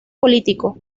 político